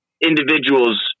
individuals